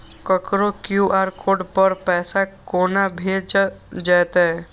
ककरो QR code पर पैसा कोना भेजल जेतै?